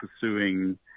pursuing